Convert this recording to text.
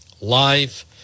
live